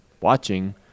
watching